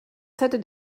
hättet